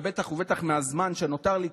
בטח ובטח מהזמן שנותר לי,